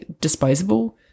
disposable